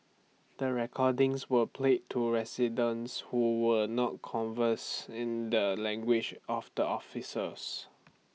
the recordings were played to residents who were not converse in the language of the officers